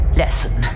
lesson